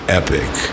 epic